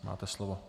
Máte slovo.